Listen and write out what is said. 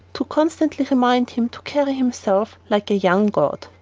to constantly remind him to carry himself like a young god.